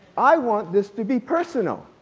i want this to be personal.